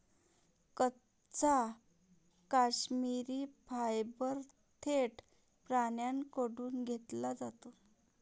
कच्चा काश्मिरी फायबर थेट प्राण्यांकडून घेतला जातो